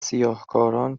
سیاهکاران